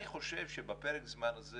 אני חושב שבפרק הזמן הזה